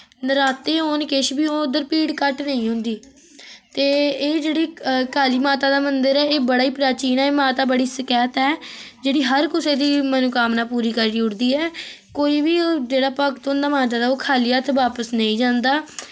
नराते होन किश बी होऐ उद्धर भीड़ घट्ट नेईं होंदी ते एह् जेह्ड़ी काली माता दा मंदर ऐ एह् बड़ा ही प्राचीन ऐ एह् माता बड़ी स्कैत ऐ जेह्ड़ी हर कुसै दी मनोकामना पूरी करी ओड़दी ऐ कोई बी ह्जेह्ड़ा भक्त होंदा माता दा ओ खाली हत्थ वापस नेईं जंदा